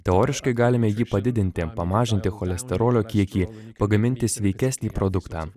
teoriškai galime jį padidinti pamažinti cholesterolio kiekį pagaminti sveikesnį produktą